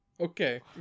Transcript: Okay